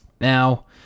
Now